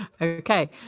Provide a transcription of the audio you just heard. Okay